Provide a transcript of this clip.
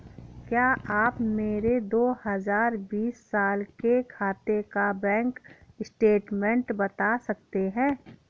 क्या आप मेरे दो हजार बीस साल के खाते का बैंक स्टेटमेंट बता सकते हैं?